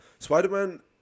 Spider-Man